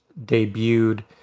debuted